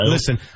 Listen